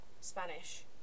spanish